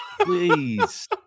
Please